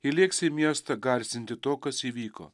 ji lėks į miestą garsinti to kas įvyko